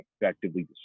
effectively